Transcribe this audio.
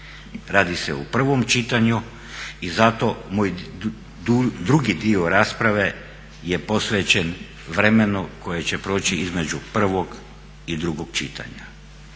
Radi se o prvom čitanju i zato moj drugi dio rasprave je posvećen vremenu koje će proći između prvog i drugog čitanja.